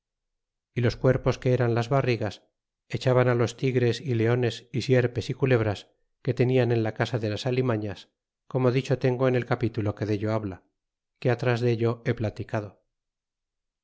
y los cuerpos que eran las barrigas echaban á los tigres y leones y sierres y culebras que tenían en la casa de las alimañas corno dicho tengo en el capítulo que dello habla que atras dello he platicado